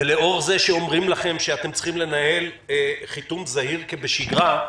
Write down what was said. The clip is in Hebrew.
ולאור זה שאומרים לכם שאתם צריכים לנהל חיתום זהיר כבשגרה,